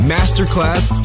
Masterclass